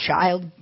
child